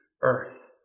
earth